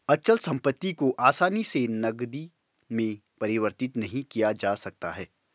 अचल संपत्ति को आसानी से नगदी में परिवर्तित नहीं किया जा सकता है